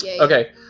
Okay